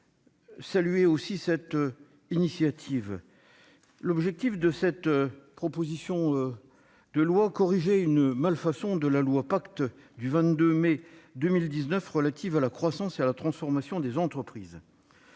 entreprises est primordial. L'objectif de cette proposition de loi est de corriger une malfaçon de la loi Pacte du 22 mai 2019, relative à la croissance et à la transformation des entreprises.